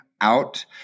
out